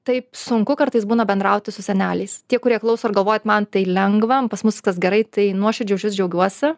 taip sunku kartais būna bendrauti su seneliais tie kurie klauso ir galvojat man tai lengva pas mus viskas gerai tai nuoširdžiai už jus džiaugiuosi